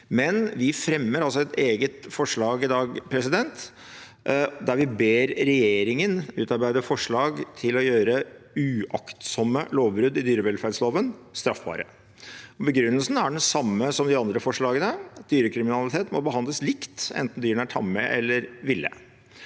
Men vi fremmer et eget forslag i dag der vi ber regjeringen utarbeide forslag til å gjøre uaktsomme lovbrudd i dyrevelferdsloven straffbare. Begrunnelsen er den samme som for de andre forslagene: Dyrekriminalitet må behandles likt enten dyrene er tamme eller ville.